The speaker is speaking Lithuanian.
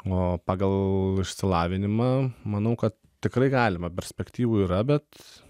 o pagal išsilavinimą manau kad tikrai galima perspektyvų yra bet